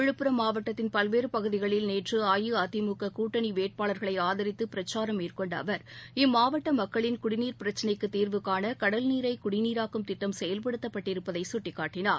விழுப்புரம் மாவட்டத்தின் பல்வேறு பகுதிகளில் நேற்று அஇஅதிமுக கூட்டணி வேட்பாளர்களை ஆதரித்து பிரச்சாரம் மேற்கொண்ட அவர் இம்மாவட்ட மக்களின் குடிநீர்ப் பிரச்னைக்குத் தீர்வு காண கடல்நீரைக் குடிநீராக்கும் திட்டம் செயல்படுத்தப்பட்டிருப்பதை சுட்டிக்காட்டினார்